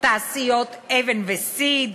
"תעשיות אבן וסיד",